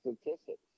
Statistics